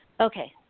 okay